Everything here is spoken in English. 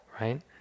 right